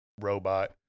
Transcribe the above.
robot